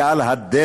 היא על הדרך.